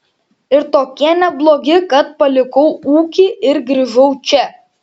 ir tokie neblogi kad palikau ūkį ir grįžau čia